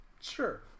Sure